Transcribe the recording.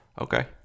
Okay